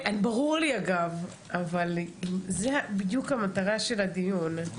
ברור לי, אגב, אבל זו בדיוק המטרה של הדיון.